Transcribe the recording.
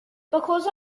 because